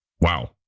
Wow